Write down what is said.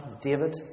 David